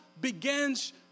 Begins